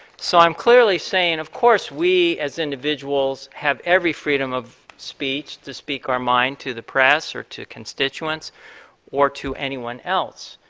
so i'm clearly say and of course we as individuals have every freedom of speech to speak our mind to the press or two constituents or to anyone else.